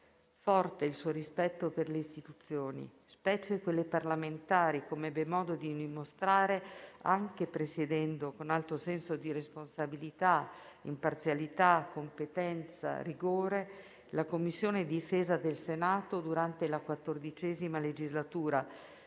Forte era il suo rispetto per le istituzioni, specie quelle parlamentari, come ebbe modo di dimostrare anche presiedendo, con alto senso di responsabilità, imparzialità, competenza e rigore, la Commissione difesa del Senato durante la XIV legislatura,